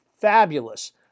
fabulous